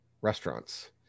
restaurants